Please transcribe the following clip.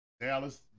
Dallas